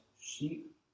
sheep